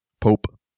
Pope